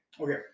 Okay